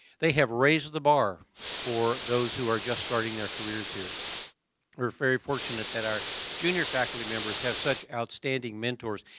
they have raised the bar for those who are just starting their careers here. we are very fortunate that our junior faculty members have such outstanding mentors.